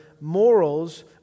morals